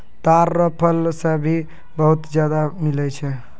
ताड़ रो फल से भी बहुत ज्यादा मिलै छै